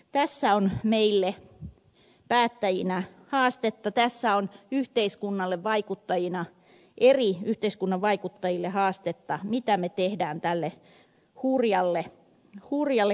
tässä on meille päättäjinä haastetta tässä on yhteiskunnan eri vaikuttajille haastetta mitä me teemme tälle hurjalle viinan kiskomiselle